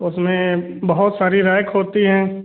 उसमे बहुत सारी रैक होती हैं